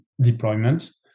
deployment